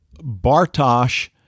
Bartosh